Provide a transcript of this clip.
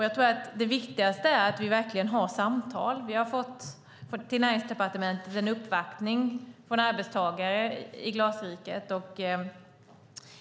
Jag tror att det viktigaste är att vi verkligen har samtal. Vi har i Näringsdepartementet fått en uppvaktning från arbetstagare i Glasriket.